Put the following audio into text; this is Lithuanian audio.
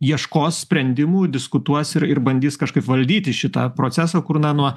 ieškos sprendimų diskutuos ir ir bandys kažkaip valdyti šitą procesą kur na nuo